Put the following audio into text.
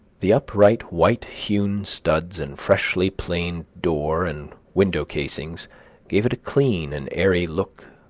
the upright white hewn studs and freshly planed door and window casings gave it a clean and airy look,